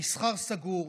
המסחר סגור,